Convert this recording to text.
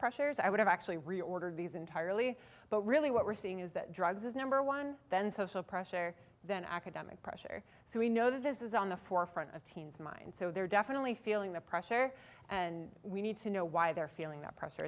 pressures i would have actually reordered these entirely but really what we're seeing is that drugs is number one then social pressure then academic pressure so we know that this is on the forefront of teens mind so they're definitely feeling the pressure and we need to know why they're feeling that pressure